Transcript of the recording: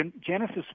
Genesis